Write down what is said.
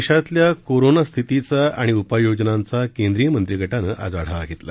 देशातल्या कोरोना स्थितीचा आणि उपाययोजनांचा केंद्रिय मंत्रीगटानं आज आढावा घेतला